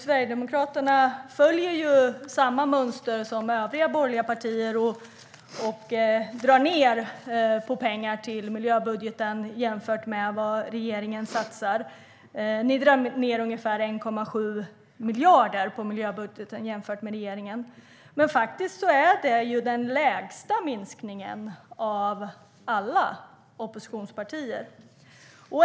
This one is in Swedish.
Sverigedemokraterna följer samma mönster som övriga borgerliga partier och drar ned på pengar till miljöbudgeten jämfört med vad regeringen satsar. Ni drar ned med ungefär 1,7 miljarder på miljöbudgeten jämfört med regeringen. Men det är faktiskt den lägsta minskningen av alla oppositionspartier.